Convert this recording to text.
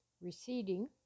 receding